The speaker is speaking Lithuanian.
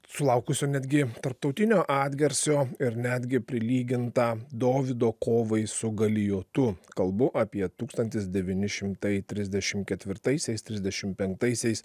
sulaukusio netgi tarptautinio atgarsio ir netgi prilygintą dovydo kovai su galijotu kalbu apie tūkstantis devyni šimtai trisdešimt ketvirtaisiais trisdešimt penktaisiais